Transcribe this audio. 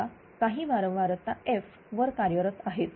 समजा काही वारंवारता F वर कार्यरत आहे